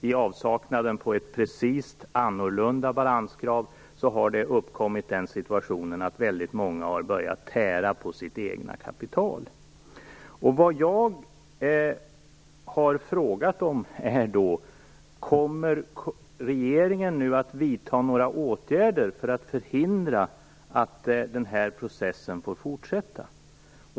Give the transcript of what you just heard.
I avsaknad av ett precist, annorlunda balanskrav har den situationen uppkommit att väldigt många har börjat tära på sitt eget kapital. Vad jag har frågat om är då: Kommer regeringen nu att vidta några åtgärder för att förhindra att den här processen får fortsätta?